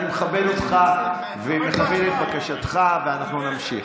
אני מכבד אותך ומכבד את בקשתך, ואנחנו נמשיך.